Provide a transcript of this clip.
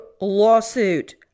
lawsuit